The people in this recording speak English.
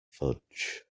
fudge